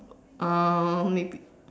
um